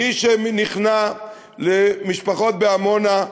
מי שנכנע למשפחות בעמונה,